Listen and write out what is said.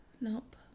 Nope